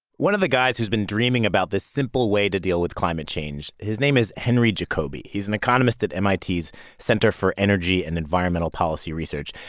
one of the guys who's been dreaming about this simple way to deal with climate change his name is henry jacoby. he's an economist at and mit's center for energy and environmental policy research.